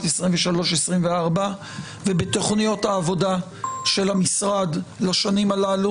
2023 2024 ובתוכניות העבודה של המשרד לשנים הללו.